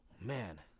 Man